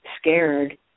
scared